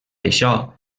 això